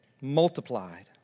multiplied